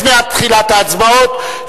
לפני תחילת ההצבעות,